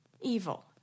evil